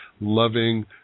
loving